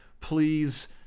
please